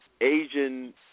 Asian